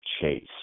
chase